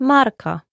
Marka